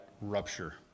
rupture